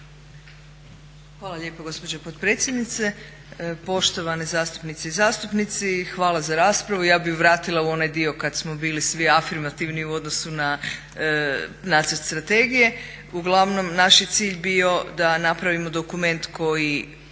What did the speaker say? Hvala lijepo gospođo potpredsjednice, poštovane zastupnice i zastupnici. Hvala za raspravu. Ja bih vratila u onaj dio kad smo bili svi afirmativni u odnosu na nacrt strategije. Uglavnom naš je cilj bio da napravimo dokument koji